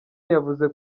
yavuze